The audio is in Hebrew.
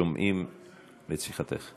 שומעים את שיחתך.